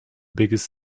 biggest